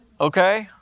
Okay